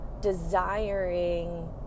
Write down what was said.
desiring